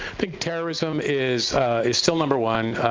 think terrorism is is still number one.